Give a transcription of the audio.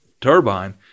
turbine